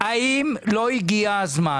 האם לא הגיע הזמן